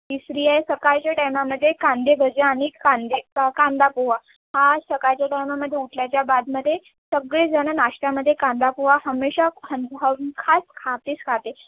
तिसरी आहे सकाळच्या टायमामध्ये कांदे भजे आणि कांदे कांदा पोहा हा सकाळच्या टायमामध्ये उठल्याच्या बादमध्ये सगळेजणं नाश्त्यामध्ये कांदा पोहा हमेशा हम हमखास खातेच खाते